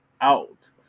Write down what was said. out